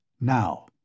Now